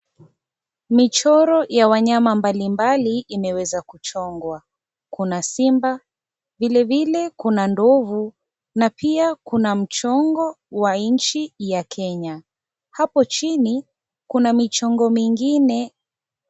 Michoro ya wanyama mbalimbali imeweza kuchonga. Kuna simba, vile vile, kuna ndovu na pia kuna mchongo wa nchi ya Kenya. Hapo chini, kuna michongo mingine.